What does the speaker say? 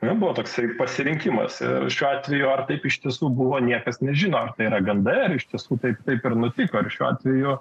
nebuvo toks pasirinkimas ir šiuo atveju ar taip iš tiesų buvo niekas nežino nėra gandai ar iš tiesų taip taip ir nutiko ir šiuo atveju